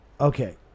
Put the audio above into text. Okay